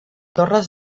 torres